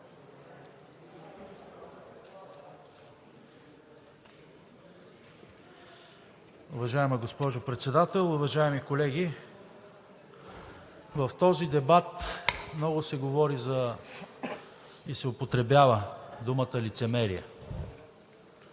Уважаема госпожо Председател, уважаеми колеги! В този дебат много се говори и се употребява думата лицемерие.